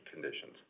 conditions